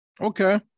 Okay